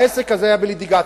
העסק הזה היה בליטיגציה,